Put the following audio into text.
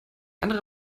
andere